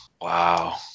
wow